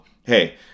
hey